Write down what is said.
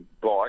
bike